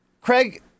Craig